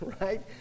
right